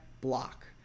Block